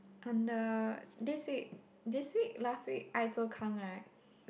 on the this week last week i 周刊 right